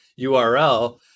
URL